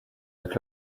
avec